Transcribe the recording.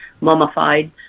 mummified